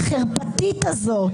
החרפתית הזאת?